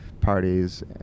parties